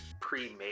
pre-made